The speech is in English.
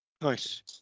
Nice